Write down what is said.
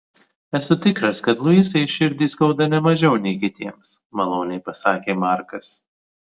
esu tikras kad luisai širdį skauda ne mažiau nei kitiems maloniai pasakė markas